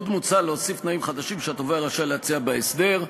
עוד מוצע להוסיף תנאים חדשים שהתובע רשאי להציע בהסדר: